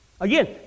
Again